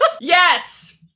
Yes